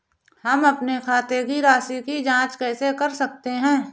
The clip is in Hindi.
हम अपने खाते की राशि की जाँच कैसे कर सकते हैं?